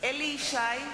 אליהו ישי,